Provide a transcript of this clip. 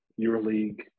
EuroLeague